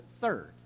third